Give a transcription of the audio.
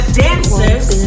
dancers